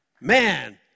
Man